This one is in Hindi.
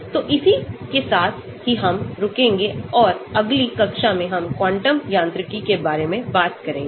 तो इसके साथ ही हमरुकेंगे और अगली कक्षा में हम क्वांटम यांत्रिकी के बारे में बात करेंगे